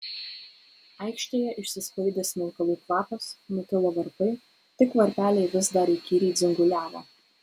aikštėje išsisklaidė smilkalų kvapas nutilo varpai tik varpeliai vis dar įkyriai dzinguliavo